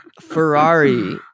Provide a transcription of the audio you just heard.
Ferrari